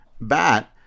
bat